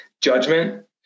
judgment